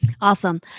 Awesome